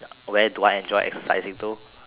where do I enjoy exercising though